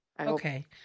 Okay